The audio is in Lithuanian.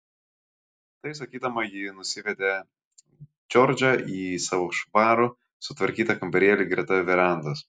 tai sakydama ji nusivedė džordžą į savo švarų sutvarkytą kambarėlį greta verandos